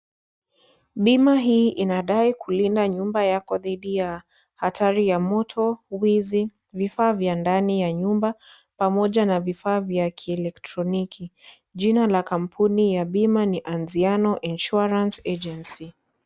Bima hii inadai kulinda nyumba yako dhidi ya hatari ya moto, wizi, vifaa vya ndani ya nyumba pamoja na vifaa vya kielektroniki, jina la kampuni ya bima ni Anziano Insurance Agency.